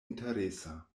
interesa